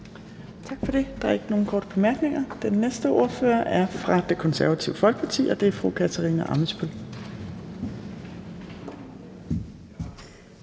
Tak for det. Der er ikke nogen korte bemærkninger. Den næste ordfører er fra Det Konservative Folkeparti, og det er fru Katarina Ammitzbøll.